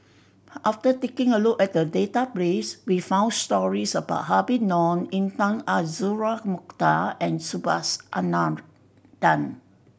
after taking a look at the database we found stories about Habib Noh Intan Azura Mokhtar and Subhas Anandan